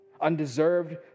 undeserved